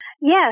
Yes